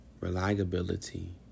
Reliability